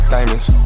Diamonds